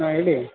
ಹಾಂ ಹೇಳಿ